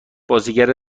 بازیگر